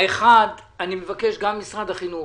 אני מבקש גם ממשרד החינוך